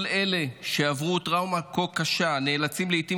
כל אלה שעברו טראומה כה קשה נאלצים לעיתים